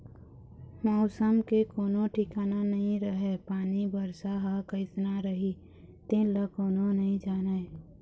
मउसम के कोनो ठिकाना नइ रहय पानी, बरसा ह कइसना रही तेन ल कोनो नइ जानय